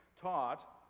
taught